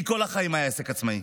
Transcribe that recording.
לי כל החיים היה עסק עצמאי,